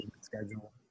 schedule